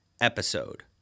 episode